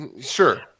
sure